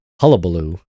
hullabaloo